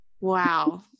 Wow